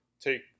take